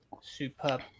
Superb